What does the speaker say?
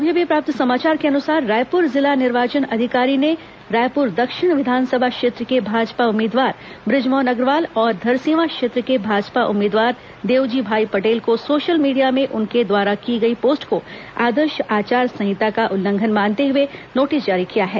अभी अभी प्राप्त समाचार के अनुसार रायपुर जिला निर्वाचन अधिकारी ने रायपुर दक्षिण विधानसभा क्षेत्र के भाजपा उम्मीदवार ब्रजमोहन अग्रवाल और धरसीवां क्षेत्र के भाजपा उम्मीदवार देवजी भाई पटेल को सोशल मीडिया में उनके द्वारा की गई पोस्ट को आदर्श आचार संहिता का उल्लंघन मानते हुए नोटिस जारी किया है